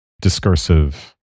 discursive